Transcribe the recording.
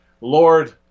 Lord